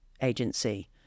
agency